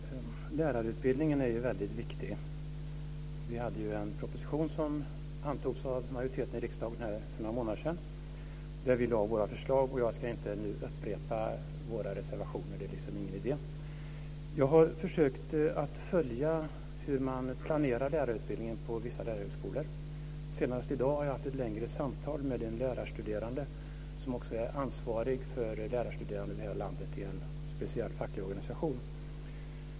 Fru talman! Lärarutbildningen är viktig. Vi hade en proposition som antogs av majoriteten i riksdagen för några månader sedan. Då lade vi fram våra förslag. Jag ska inte upprepa våra reservationer - det är liksom ingen idé. Jag har försökt att följa hur man planerar lärarutbildningen på vissa lärarhögskolor. Senast i dag har jag haft ett längre samtal med en lärarstuderande som också är ansvarig för lärarstuderande över hela landet i en speciell facklig organisation.